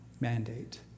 mandate